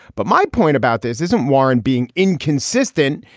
but my point about this isn't warren being inconsistent.